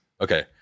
okay